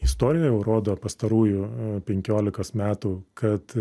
istorija jau rodo pastarųjų penkiolikos metų kad